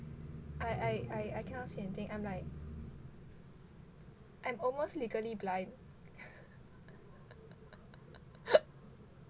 I I I cannot see anything I'm like I'm almost legally blind